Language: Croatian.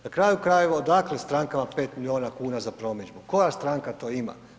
Na kraju krajeva, odakle strankama 5 milijuna kuna za promidžbu, koja stranka to ima?